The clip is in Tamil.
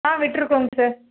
ஆ விட்டிருக்கோங்க சார்